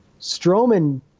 Strowman